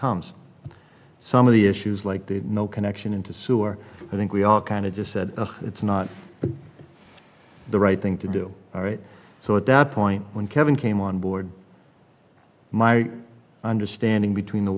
and some of the issues like the no connection into sewer i think we all kind of just said it's not the right thing to do all right so at that point when kevin came on board my understanding between the